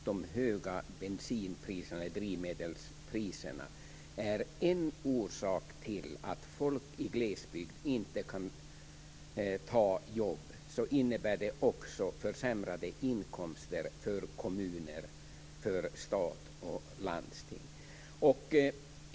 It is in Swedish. Fru talman! Eftersom de höga drivmedelspriserna är en av orsakerna till att folk i glesbygd inte kan ta jobb, innebär de försämrade inkomster för kommuner, för staten och för landsting.